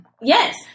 Yes